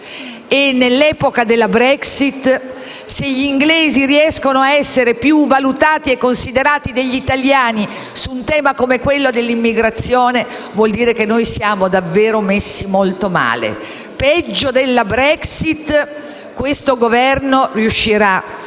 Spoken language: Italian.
nell'epoca della Brexit, se gli inglesi riescono a essere più valutati e considerati degli italiani su un tema come quello dell'immigrazione, vuol dire che noi siamo davvero messi molto male, peggio della Brexit. E questo Governo riuscirà